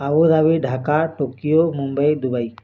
Abu Dhabi Dhaka Tokyo Mumbai Dubai